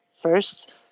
first